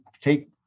take